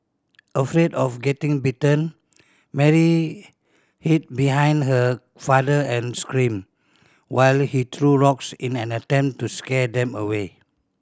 afraid of getting bitten Mary hid behind her father and screamed while he threw rocks in an attempt to scare them away